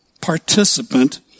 participant